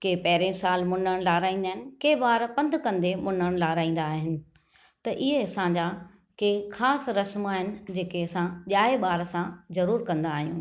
केरु पहिरियों साल मुंडन लाहिराईंदा आहिनि केर ॿार पंध कंदे मुंडन लाराहींदा आहिनि त इहे असांजा केर ख़ासि रस्म आहिनि जेके असां ॼाए ॿार सां ज़रूर कंदा आहियूं